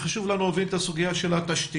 חשוב לנו להבין את הסוגיה של התשתיות.